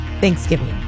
Thanksgiving